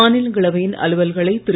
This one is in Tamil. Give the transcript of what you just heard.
மாநிலங்களவையின் அலுவல்களை திரு